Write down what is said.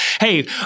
hey